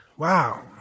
Wow